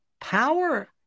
power